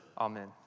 Amen